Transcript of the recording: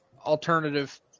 alternative